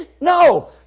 No